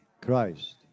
Christ